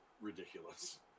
ridiculous